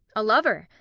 a lover,